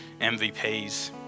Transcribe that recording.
MVPs